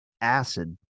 acid